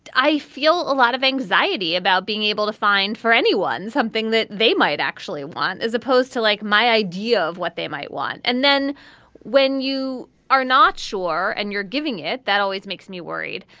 i feel a lot of anxiety about being able to find for anyone something that they might actually want as opposed to like my idea of what they might want. and then when you are not sure and you're giving it. that always makes me worried.